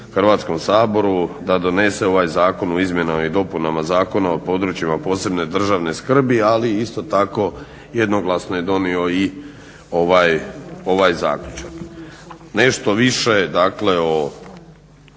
Hrvatskom saboru da donese ovaj Zakon u izmjenama i dopunama Zakona o područjima posebne državne skrbi, ali isto tako jednoglasno je donio i ovaj zaključak. Nešto više dakle o